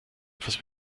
etwas